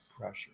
pressure